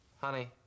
Honey